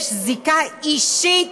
יש זיקה אישית,